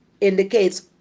indicates